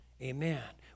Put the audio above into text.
Amen